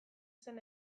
zen